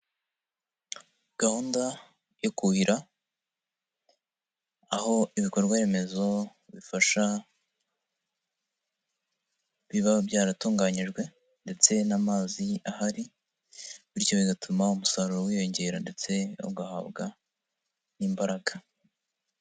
Gahunda yo kuhira, aho ibikorwa remezo bifasha, biba byaratunganyijwe ndetse n'amazi ahari, bityo bigatuma umusaruro wiyongera ndetse ugahabwa n'imbaraga.